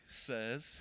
says